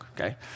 okay